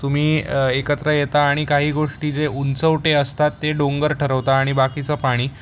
तुम्ही एकत्र येता आणि काही गोष्टी जे उंचवटे असतात ते डोंगर ठरवता आणि बाकीचं पाणी